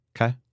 Okay